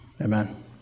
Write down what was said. amen